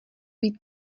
být